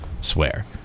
swear